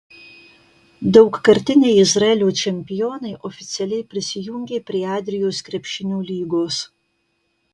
daugkartiniai izraelio čempionai oficialiai prisijungė prie adrijos krepšinio lygos